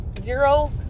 Zero